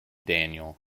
daniel